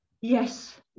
yes